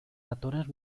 ratones